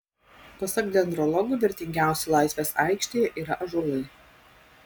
pasak dendrologų vertingiausi laisvės aikštėje yra ąžuolai